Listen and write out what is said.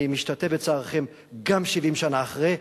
אני משתתף בצערכם גם 70 שנה אחרי.